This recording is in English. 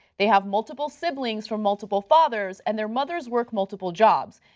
they have multiple siblings for multiple fathers and their mothers work multiple jobs.